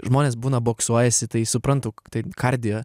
žmonės būna boksuojasi tai suprantu tai kardija